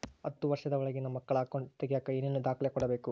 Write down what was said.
ಹತ್ತುವಷ೯ದ ಒಳಗಿನ ಮಕ್ಕಳ ಅಕೌಂಟ್ ತಗಿಯಾಕ ಏನೇನು ದಾಖಲೆ ಕೊಡಬೇಕು?